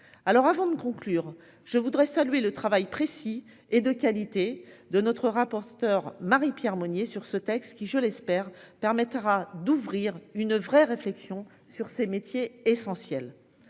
avant de conclure, je voudrais saluer le travail précis et de qualité de notre rapporteur Marie- Pierre Monnier sur ce texte qui je l'espère permettra d'ouvrir une vraie réflexion sur ses métiers essentiels.